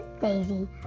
Daisy